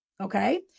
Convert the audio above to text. Okay